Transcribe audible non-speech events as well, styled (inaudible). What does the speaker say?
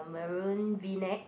(breath)